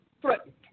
threatened